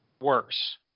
worse